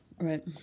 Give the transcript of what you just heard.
Right